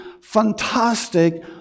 fantastic